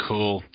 Cool